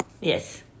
Yes